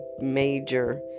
major